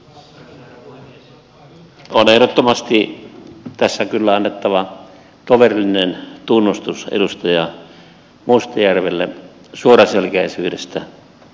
on ehdottomasti tässä kyllä annettava toverillinen tunnustus edustaja mustajärvelle suoraselkäisyydestä